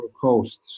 coasts